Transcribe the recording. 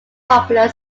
popular